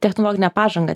technologinę pažangą